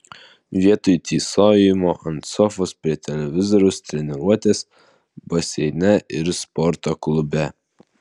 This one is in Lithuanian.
vietoj tysojimo ant sofos prie televizoriaus treniruotės baseine ir sporto klube